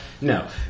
No